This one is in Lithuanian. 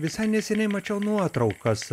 visai neseniai mačiau nuotraukas